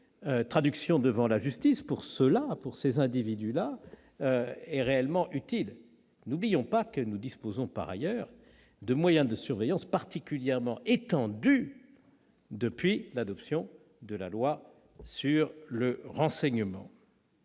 traduction devant la justice des individus concernés est-elle réellement utile ? N'oublions pas que nous disposons, par ailleurs, de moyens de surveillance particulièrement étendus depuis l'adoption de la loi sur le renseignement.